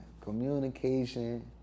Communication